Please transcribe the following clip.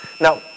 now